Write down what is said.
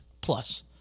plus